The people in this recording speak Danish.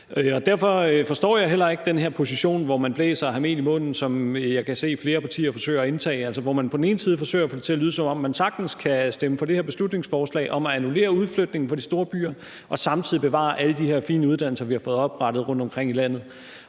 Derfor forstår jeg heller ikke den her position, hvor man blæser og har mel i munden, som jeg kan se at flere partier forsøger at indtage, altså hvor man forsøger at få det til at lyde, som om man sagtens kan stemme for det her beslutningsforslag om at annullere udflytningen fra de store byer og samtidig bevare alle de her fine uddannelser, vi har fået oprettet rundtomkring i landet.